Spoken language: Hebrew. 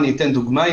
אני אתן דוגמה: